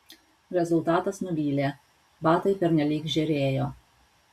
rezultatas nuvylė batai pernelyg žėrėjo